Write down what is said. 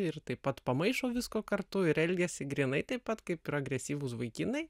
ir taip pat pamaišo visko kartu ir elgiasi grynai taip pat kaip ir agresyvūs vaikinai